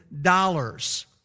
dollars